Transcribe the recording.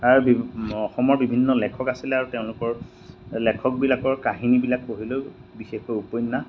আৰু অসমৰ বিভিন্ন লেখক আছিলে আৰু তেওঁলোকৰ লেখকবিলাকৰ কাহিনীবিলাক পঢ়িলো বিশেষকৈ উপন্যাস